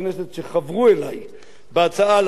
בהצעה להחיל את החוק על היישובים היהודיים,